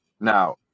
Now